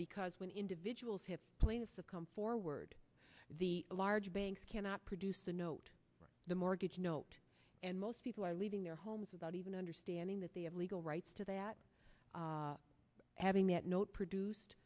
because when individuals have plaintiffs to come forward the large banks cannot produce the note the mortgage note and most people are leaving their homes without even understanding that they have legal rights to that having that note produced